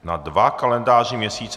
Na dva kalendářní měsíce.